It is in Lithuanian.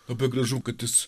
labai gražu kad jis